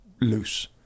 loose